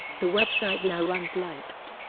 the website now runs lighttpd